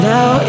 Now